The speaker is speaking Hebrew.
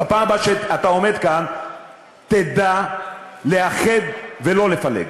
בפעם הבאה שאתה עומד כאן תדע לאחד, ולא לפלג.